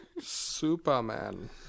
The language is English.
Superman